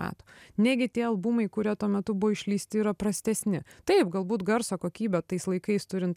metų negi tie albumai kurie tuo metu buvo išleisti yra prastesni taip galbūt garso kokybė tais laikais turint